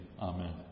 Amen